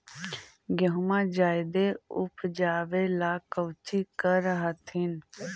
गेहुमा जायदे उपजाबे ला कौची कर हखिन?